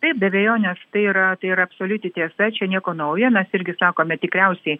taip be abejonės tai yra tai yra absoliuti tiesa čia nieko naujo mes irgi sakome tikriausiai